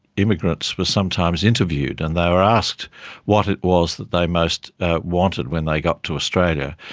immigrants were sometimes interviewed and they were asked what it was that they most wanted when they got to australia,